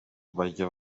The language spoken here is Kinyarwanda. bajya